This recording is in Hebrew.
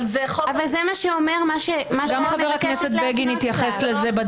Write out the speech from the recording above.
אבל זה מה שאומר מה שאת מבקשת להפנות אליו.